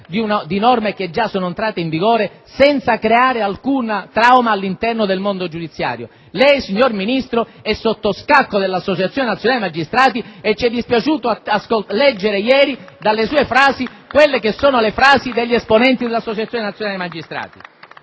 di norme già entrate in vigore senza creare alcun trauma all'interno del mondo giudiziario. Lei, signor Ministro, è sotto scacco dell'Associazione nazionale magistrati e ci è dispiaciuto leggere ieri dalle sue dichiarazioni proprio le frasi degli esponenti dell'Associazione nazionale magistrati!